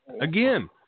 again